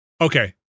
Okay